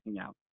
out